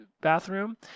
bathroom